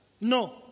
No